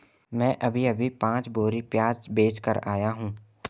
मैं अभी अभी पांच बोरी प्याज बेच कर आया हूं